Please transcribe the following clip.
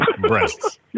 breasts